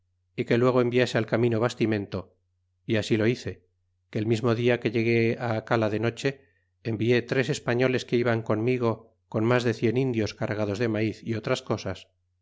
y que luego enviase al camino bastimento y así lo hize que el mismo dia que llegué acala de noche envié tres españoles que iban conmigo con mas de cien indios cargados de maiz é otras cosas